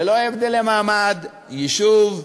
ללא הבדלי מעמד, יישוב,